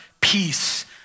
peace